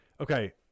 Okay